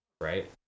Right